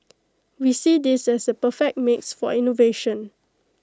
we see this as the perfect mix for innovation